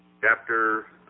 Chapter